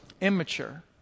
immature